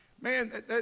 man